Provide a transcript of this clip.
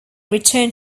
returned